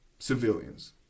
civilians